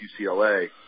UCLA